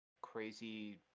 crazy